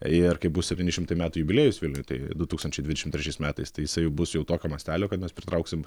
ir kai bus septyni šimtai metų jubiliejus vilniui tai du tūkstančiai dvidešim trečiais metais tai jisai jau bus jau tokio mastelio kad mes pritrauksim